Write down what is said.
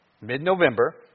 Mid-November